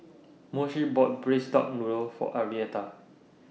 Moshe bought Braised Duck Noodle For Arietta